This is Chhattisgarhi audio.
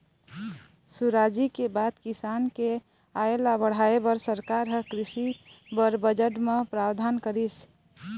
सुराजी के बाद किसान के आय ल बढ़ाय बर सरकार ह कृषि बर बजट म प्रावधान करिस